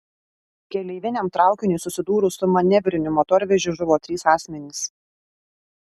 keleiviniam traukiniui susidūrus su manevriniu motorvežiu žuvo trys asmenys